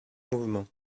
mouvement